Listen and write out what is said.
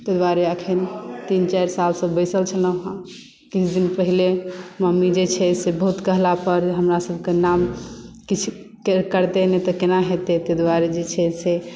ताहि दुआरे अखन तीन चारि साल से बैसल छलहुँ हेँ किछु दिन पहिले मम्मी जे छै से बहुत कहला पर हमरा सभकेँ नाम किछु करतै नहि तऽ केना हेतै तहि द्वारे जे छै से